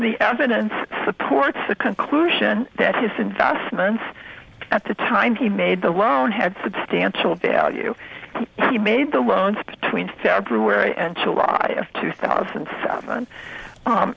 the evidence supports the conclusion that his investments at the time he made the round had substantial value he made the loans between february and july two thousand and seven